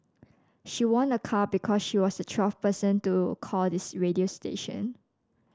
she won a car because she was the twelfth person to call this radio station